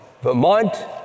Vermont